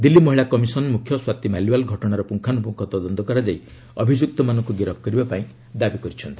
ଦିଲ୍ଲୀ ମହିଳା କମିଶନ ମୁଖ୍ୟ ସ୍ୱାତୀ ମାଲିଓ୍ୱାଲ୍ ଘଟଣାର ପୁଙ୍ଗାନୁପୁଙ୍ଗ ତଦନ୍ତ କରାଯାଇ ଅଭିଯୁକ୍ତମାନଙ୍କୁ ଗିରଫ୍ କରିବା ପାଇଁ ଦାବି କରିଛନ୍ତି